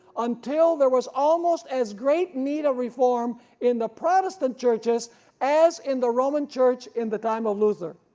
until there was almost as great need a reform in the protestant churches as in the roman church in the time of luther.